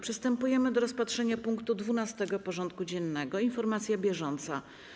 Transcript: Przystępujemy do rozpatrzenia punktu 12. porządku dziennego: Informacja bieżąca.